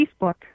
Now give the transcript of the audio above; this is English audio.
Facebook